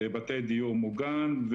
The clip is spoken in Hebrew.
בתי דיור מוגן,